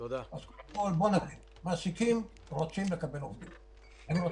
וגם מעסיקים רוצים לקבל עובדים.